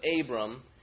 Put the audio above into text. Abram